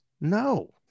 No